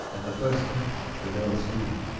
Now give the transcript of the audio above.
at the first clash the girl screamed,